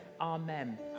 Amen